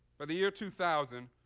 by the year two thousand,